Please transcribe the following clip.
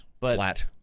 flat